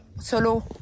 Solo